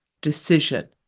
decision